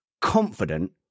confident